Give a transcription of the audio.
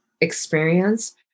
experience